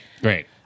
Great